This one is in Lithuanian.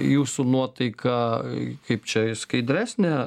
jūsų nuotaika kaip čia skaidresnė